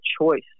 choice